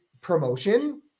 promotion